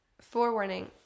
forewarning